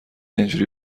اینجوری